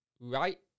Right